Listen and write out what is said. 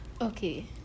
Okay